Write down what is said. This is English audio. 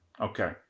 Okay